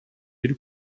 бир